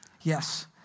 Yes